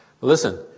Listen